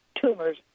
tumors